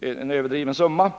en överdriven summa.